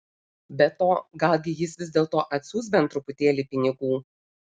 be to galgi jis vis dėlto atsiųs bent truputėlį pinigų